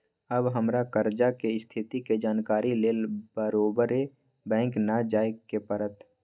अब हमरा कर्जा के स्थिति के जानकारी लेल बारोबारे बैंक न जाय के परत्